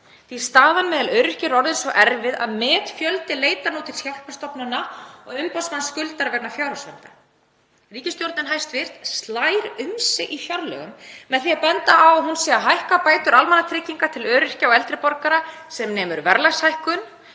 því að staðan meðal öryrkja er orðin svo erfið að metfjöldi leitar nú til hjálparstofnana og umboðsmanns skuldara vegna fjárhagsvanda. Ríkisstjórnin slær um sig í fjárlögum með því að benda á að hún sé að hækka bætur almannatrygginga til öryrkja og eldri borgara sem nemur verðlagshækkun